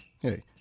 Hey